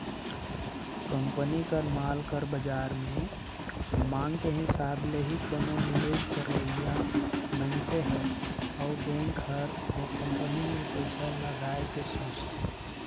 company कर माल कर बाजार में मांग के हिसाब ले ही कोनो निवेस करइया मनइसे हर अउ बेंक हर ओ कंपनी में पइसा लगाए के सोंचथे